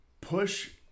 Push